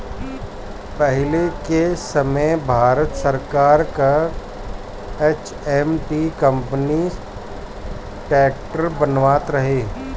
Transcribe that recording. पहिले के समय भारत सरकार कअ एच.एम.टी कंपनी ट्रैक्टर बनावत रहे